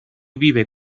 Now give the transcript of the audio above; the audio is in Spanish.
vive